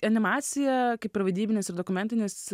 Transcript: animacija kaip ir vaidybinis ir dokumentinis